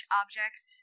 object